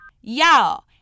Y'all